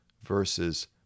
versus